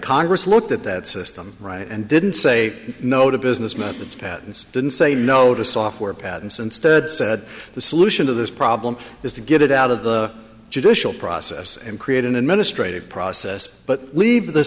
congress looked at that system right and didn't say no to business methods patents didn't say no to software patents instead said the solution to this problem is to get it out of the judicial process and create an administrative process but leave the